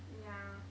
yeah